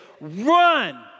run